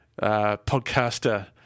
podcaster